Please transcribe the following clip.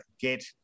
get